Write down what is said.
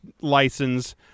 license